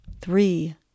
Three